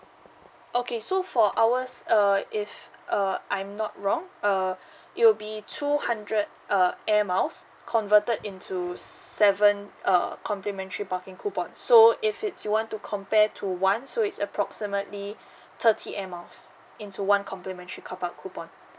okay so for ours uh if uh I'm not wrong uh it will be two hundred uh air miles converted into seven uh complimentary parking coupon so if it's you want to compare to one so it's approximately thirty air miles into one complimentary carpark coupon